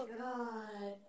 god